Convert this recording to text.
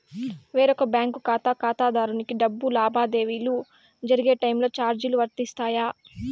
వేరొక బ్యాంకు ఖాతా ఖాతాదారునికి డబ్బు లావాదేవీలు జరిగే టైములో చార్జీలు వర్తిస్తాయా?